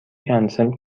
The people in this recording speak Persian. کنسل